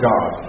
God